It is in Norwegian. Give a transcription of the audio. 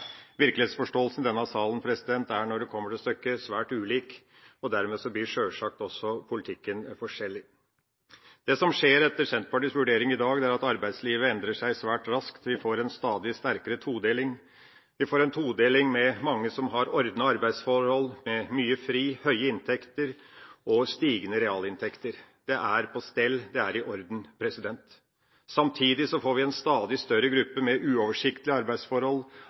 Virkelighetsforståelsen i denne salen er når det kommer til stykket, svært ulik. Dermed blir sjølsagt også politikken forskjellig. Det som skjer etter Senterpartiets vurdering i dag, er at arbeidslivet endrer seg svært raskt. Vi får en stadig sterkere todeling. Vi får en todeling med mange som har ordnede arbeidsforhold, med mye fri, høye inntekter og stigende realinntekter. Det er på stell, det er i orden. Samtidig får vi en stadig større gruppe med uoversiktlige arbeidsforhold,